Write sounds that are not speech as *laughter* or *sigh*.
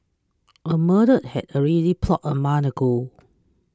*noise* a murder had already plotted a month ago